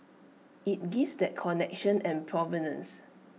IT gives that connection and provenance